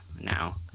now